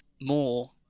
more